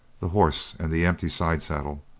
the horse, and the empty side-saddle.